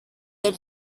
del